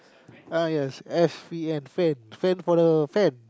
uh yes F E N Fen Fen for the Fen